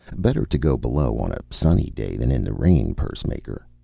better to go below on a sunny day than in the rain, pursemaker.